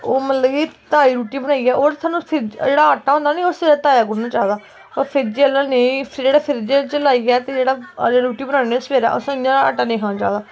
ओह् मतलब कि ताजी रुट्टी बनाइयै होर सानू जेह्ड़ा आटा होंदा नी ओह् सवेरै ताज़ां गुन्नना चाहिदा फ्रिज्जै आह्ला नेईं जेह्ड़ा फ्रिज्जै च लाइयै ते जेह्ड़ा जेह्ड़ी रुट्टी बनाने नी सवेरै असें इ'यां आटा नी खाना चाहिदा